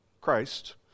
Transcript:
Christ